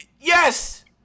Yes